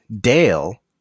Dale